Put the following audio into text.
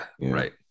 Right